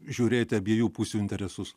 žiūrėti abiejų pusių interesus